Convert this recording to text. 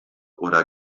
oder